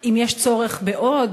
אם יש צורך בעוד,